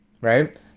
Right